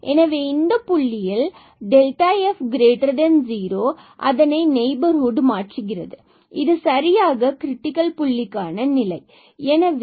எனவே இந்த புள்ளியில் இது f0 அதனை நெய்பர்ஹுட் மாற்றுகிறது மற்றும் இது சரியாக கிரிட்டிக்கல் புள்ளிக்கான நிலை ஆகும்